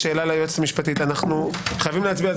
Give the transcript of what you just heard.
שאלה ליועצת המשפטית: אנחנו חייבים להצביע על